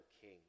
king